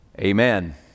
Amen